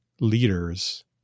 leaders